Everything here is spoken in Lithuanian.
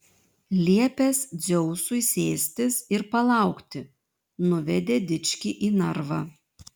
liepęs dzeusui sėstis ir palaukti nuvedė dičkį į narvą